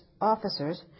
Officers